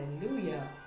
Hallelujah